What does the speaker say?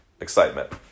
excitement